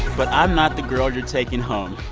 but i'm not the girl you're taking home.